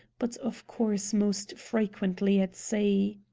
but of course most frequently at sea.